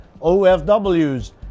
OFWs